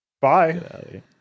bye